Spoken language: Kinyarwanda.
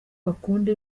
bakunda